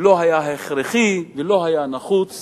ולא היה הכרחי, ולא היה נחוץ